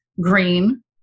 green